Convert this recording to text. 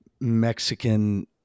Mexican